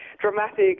dramatic